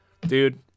dude